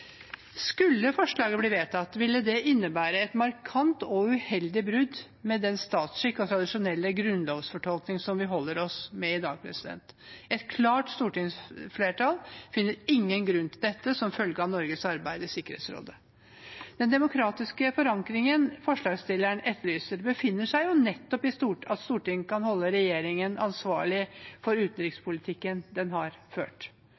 Skulle forslaget bli vedtatt, ville det innebære et markant og uheldig brudd med den statsskikk og tradisjonelle grunnlovsfortolkning som vi holder oss med i dag. Et klart stortingsflertall finner ingen grunn til dette som følge av Norges arbeid i Sikkerhetsrådet. Den demokratiske forankringen forslagsstilleren etterlyser, befinner seg nettopp i at Stortinget kan holde regjeringen ansvarlig for utenrikspolitikken den har ført.